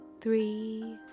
three